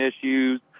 issues